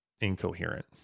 incoherent